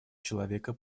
человека